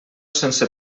sense